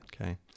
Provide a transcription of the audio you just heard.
Okay